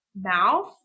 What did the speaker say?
mouth